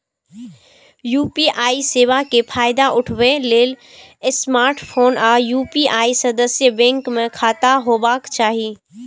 UPI सेवा के फायदा उठबै लेल स्मार्टफोन आ यू.पी.आई सदस्य बैंक मे खाता होबाक चाही